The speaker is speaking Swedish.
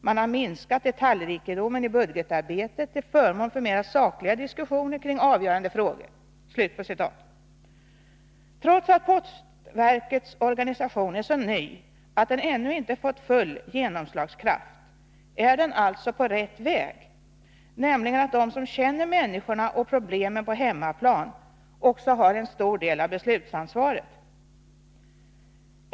Man har minskat detaljrikedomen i budgetarbetet till förmån för mera sakliga diskussioner kring avgörande frågor.” Trots att postverkets organisation är så ny att den ännu inte fått full genomslagskraft, är den alltså på rätt väg — de som känner människorna och problemen på hemmaplan har också en stor del av beslutsansvaret.